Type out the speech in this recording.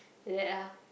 like that ah